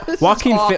walking